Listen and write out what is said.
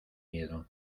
miedo